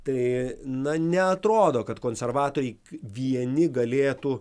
tai na neatrodo kad konservatoriai vieni galėtų